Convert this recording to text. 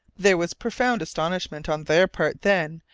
there was profound astonishment on their part then,